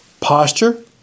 posture